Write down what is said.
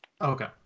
Okay